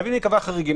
חייבים להיקבע חריגים.